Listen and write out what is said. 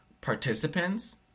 participants